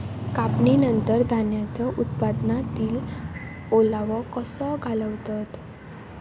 कापणीनंतर धान्यांचो उत्पादनातील ओलावो कसो घालवतत?